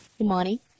Imani